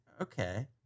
Okay